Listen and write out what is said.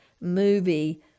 movie